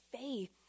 faith